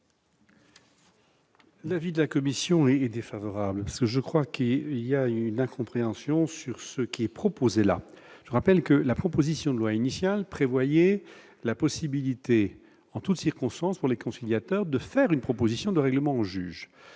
L'avis de la commission est défavorable. Je crois qu'il y a une incompréhension de ce qui est proposé. Je rappelle que la rédaction initiale prévoyait la possibilité en toute circonstance, pour les conciliateurs, de faire une proposition de règlement au juge.